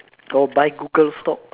or buy Google stocks